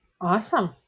Awesome